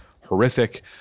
horrific